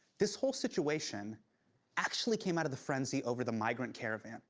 this whole situation actually came out of the frenzy over the migrant caravan